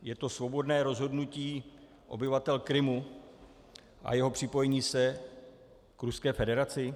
Je to svobodné rozhodnutí obyvatel Krymu a jeho připojení se k Ruské federaci?